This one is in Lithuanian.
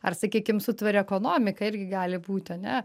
ar sakykim su tvaria ekonomika irgi gali būti ane